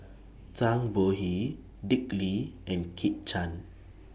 Zhang Bohe Dick Lee and Kit Chan